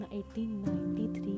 1893